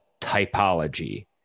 typology